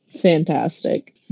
fantastic